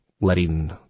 letting